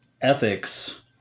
ethics